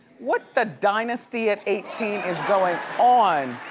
what the dynasty at eighteen is going on?